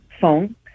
phone